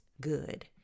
good